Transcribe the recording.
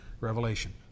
Revelation